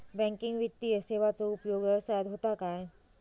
Banking वित्तीय सेवाचो उपयोग व्यवसायात होता काय?